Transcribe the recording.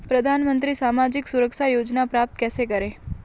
प्रधानमंत्री सामाजिक सुरक्षा योजना प्राप्त कैसे करें?